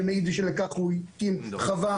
שיעידו שלשם כך הקימו חווה,